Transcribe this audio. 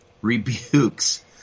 rebukes